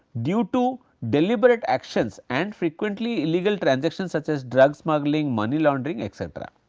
due to deliberate actions and frequently illegal transactions such as drugs smuggling, money laundering etcetera.